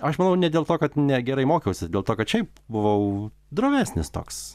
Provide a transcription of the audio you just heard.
aš manau ne dėl to kad negerai mokiausi dėl to kad šiaip buvau ramesnis toks